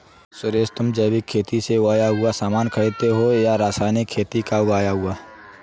सुरेश, तुम जैविक खेती से उगाया हुआ सामान खरीदते हो या रासायनिक खेती का उगाया हुआ?